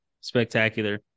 spectacular